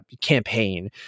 campaign